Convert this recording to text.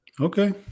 Okay